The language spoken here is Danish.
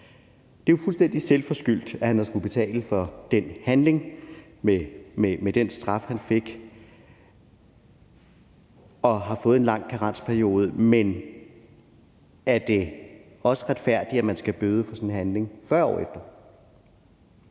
Det er jo fuldstændig selvforskyldt, at han har skullet betale for den handling i form af den straf, han fik, og han har også fået en lang karensperiode. Men er det retfærdigt, at man skal bøde for sådan en handling 40 år efter?